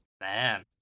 Man